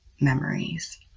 memories